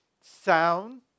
sound